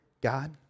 God